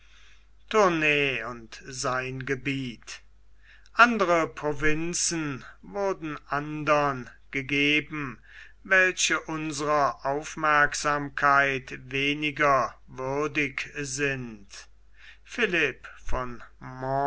tournay und sein gebiet andere provinzen wurden andern gegeben welche unserer aufmerksamkeit weniger würdig sind philipp von